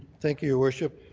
thank you, your worship.